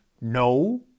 no